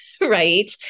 right